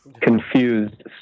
confused